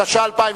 התש"ע 2010,